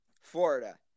Florida